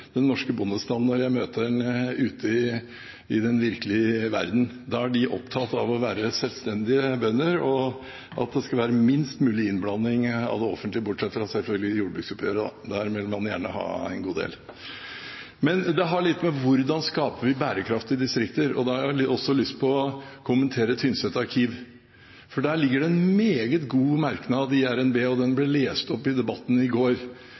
den norske bondestanden når jeg møter den ute i den virkelige verden. Da er de opptatt av å være selvstendige bønder og at det skal være minst mulig innblanding fra det offentlige, bortsett fra jordbruksoppgjøret, selvfølgelig. Der vil man gjerne ha en god del. Det har litt å gjøre med hvordan vi skaper bærekraftige distrikter. Da har jeg også lyst til å kommentere arkiv på Tynset, for der ligger det en meget god merknad i revidert nasjonalbudsjett, og den ble lest opp i debatten i går.